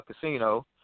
casino